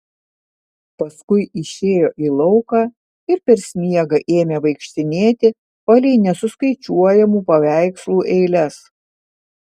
paskui išėjo į lauką ir per sniegą ėmė vaikštinėti palei nesuskaičiuojamų paveikslų eiles